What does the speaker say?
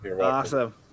awesome